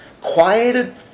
quieted